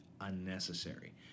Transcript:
unnecessary